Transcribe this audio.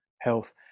health